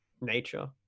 nature